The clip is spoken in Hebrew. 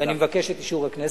אני מבקש את אישור הכנסת.